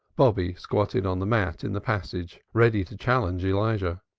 bobby squatted on the mat in the passage ready to challenge elijah.